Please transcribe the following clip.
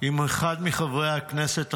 עם אחד מחברי הכנסת החרדים,